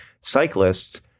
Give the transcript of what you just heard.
cyclists